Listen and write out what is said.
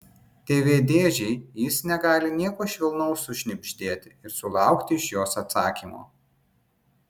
tv dėžei jis negali nieko švelnaus sušnibždėti ir sulaukti iš jos atsakymo